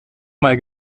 mal